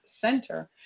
center